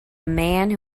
man